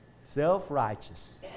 Self-righteous